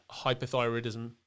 hypothyroidism